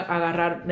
agarrar